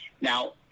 now